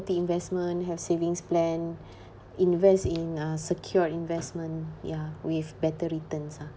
~ty investment have savings plan invest in uh secured investment ya with better returns ah